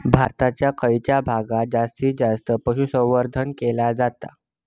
भारताच्या खयच्या भागात जास्त पशुसंवर्धन केला जाता?